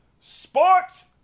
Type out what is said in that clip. sports